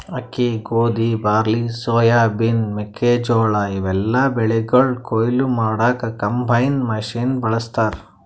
ಅಕ್ಕಿ ಗೋಧಿ barley soybean ಮೆಕ್ಕೆಜೋಳಾ ಇವೆಲ್ಲಾ ಬೆಳಿಗೊಳ್ ಕೊಯ್ಲಿ ಮಾಡಕ್ಕ್ ಕಂಬೈನ್ ಮಷಿನ್ ಬಳಸ್ತಾರ್